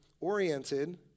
oriented